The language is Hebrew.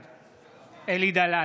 בעד אלי דלל,